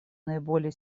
наиболее